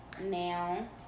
Now